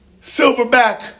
silverback